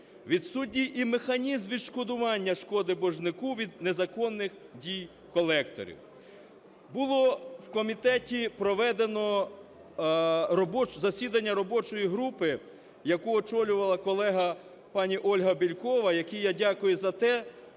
відсутній і механізм відшкодування шкоди боржнику від незаконних дій колекторів. Було в комітеті проведено засідання робочої групи, яку очолювала колега пані Ольга Бєлькова, якій я дякую за те,